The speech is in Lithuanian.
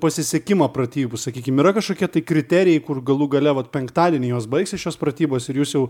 pasisekimą pratybų sakykim yra kažkokie kriterijai kur galų gale vat penktadienį jos baigsis šios pratybos ir jūs jau